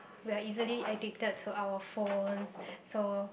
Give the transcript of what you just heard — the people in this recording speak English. we are easily addicted to our phone so